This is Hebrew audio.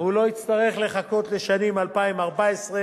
והוא לא יצטרך לחכות לשנים 2014,